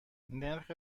نرخ